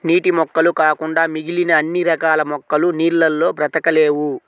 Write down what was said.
నీటి మొక్కలు కాకుండా మిగిలిన అన్ని రకాల మొక్కలు నీళ్ళల్లో బ్రతకలేవు